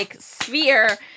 sphere